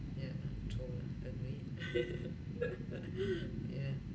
yeah true lah yeah